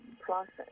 process